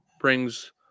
brings